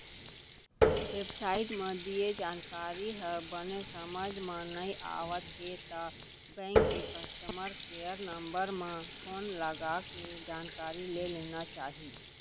web site म दिये जानकारी ह बने समझ म नइ आवत हे त बेंक के कस्टमर केयर नंबर म फोन लगाके जानकारी ले लेना चाही